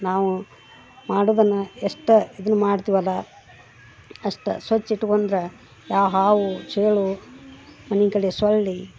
ನಾವು ಮಾಡೋದನ್ನ ಎಷ್ಟು ಇದನ್ನು ಮಾಡ್ತೀವಲ್ಲ ಅಷ್ಟು ಸ್ವಚ್ಚ ಇಟ್ಟುಕೊಂಡ್ರೆ ಯಾವ ಹಾವು ಚೇಳು ಮನೆಕಡೆ ಸೊಳ್ಳೆ